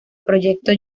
proyecto